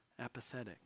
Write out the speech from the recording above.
apathetic